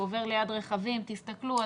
הוא עובר ליד רכבים, תסתכלו.